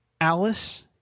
Alice